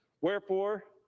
wherefore